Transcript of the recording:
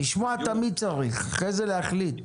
לשמוע תמיד צריך ואחרי זה להחליט.